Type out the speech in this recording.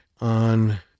on